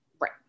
Right